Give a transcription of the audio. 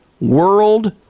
world